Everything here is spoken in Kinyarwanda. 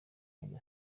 akajya